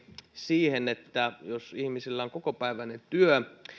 siihen että jos ihmisellä on kokopäiväinen työ